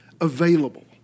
available